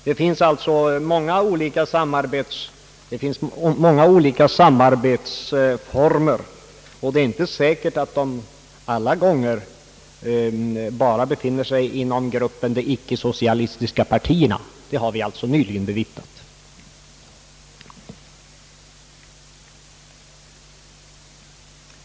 Det finns många olika samarbetsformer, och det är inte säkert att de alltid kan tillämpas enbart inom gruppen de icke-socialistiska partierna. Det har vi ju nyligen bevittnat.